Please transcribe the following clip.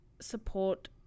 support